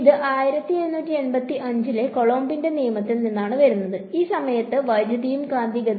ഇത് 1785 ലെ കൊളംബിന്റെ നിയമത്തിൽ നിന്നാണ് വരുന്നത് ആ സമയത്ത് വൈദ്യുതിയും കാന്തികതയും